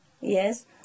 yes